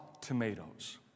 tomatoes